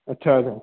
अछा अछा